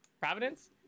Providence